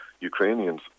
Ukrainians